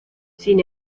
sin